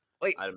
Wait